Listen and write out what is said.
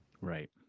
right